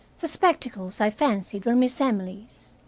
the spectacles i fancied were miss emily's.